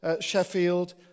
Sheffield